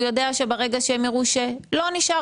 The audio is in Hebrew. והוא יודע שברגע שהם יראו שלא נשאר